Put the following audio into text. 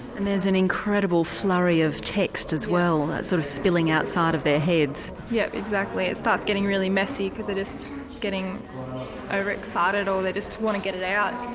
and there's an incredible flurry of text as well, that sort of spilling outside of their heads. yes, exactly, it starts getting really messy because they're just getting overexcited or they just want to get it out.